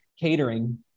Catering